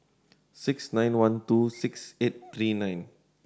six nine one two six eight three nine